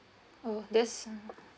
oh that's